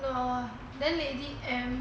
oh no then they need em